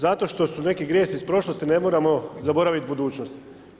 Zato što su neki grijesi iz prošlosti ne moramo zaboraviti budućnost.